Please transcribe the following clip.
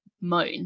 moan